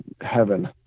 heaven